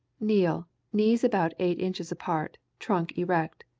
kneel, knees about eight inches apart, trunk erect.